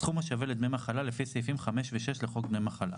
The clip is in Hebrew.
סכום השווה לדמי מחלה לפי סעיפים 5 ו-6 לחוק דמי מחלה.